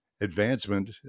advancement